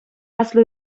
аслӑ